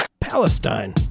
palestine